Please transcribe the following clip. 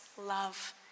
love